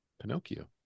Pinocchio